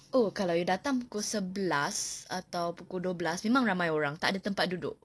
oh kalau you datang pukul sebelas atau pukul dua belas memang ramai orang tak ada tempat duduk